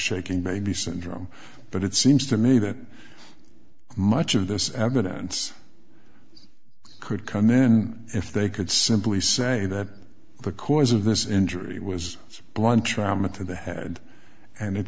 shaken baby syndrome but it seems to me that much of this evidence could come then if they could simply say that the cause of this injury was blunt trauma to the head and it